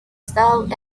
stalls